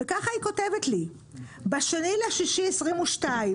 שהם עשו את כל